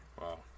Wow